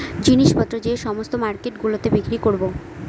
জিনিস পত্র যে সমস্ত মার্কেট গুলোতে বিক্রি করবো